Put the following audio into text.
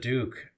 Duke